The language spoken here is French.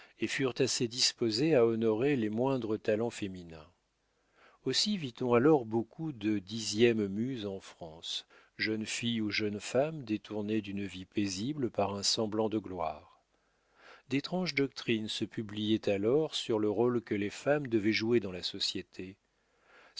et furent assez disposées à honorer les moindres talents féminins aussi vit-on alors beaucoup de dixièmes muses en france jeunes filles ou jeunes femmes détournées d'une vie paisible par un semblant de gloire d'étranges doctrines se publiaient alors sur le rôle que les femmes devaient jouer dans la société